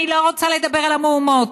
אני לא רוצה לדבר על המהומות,